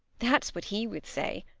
that's what he would say,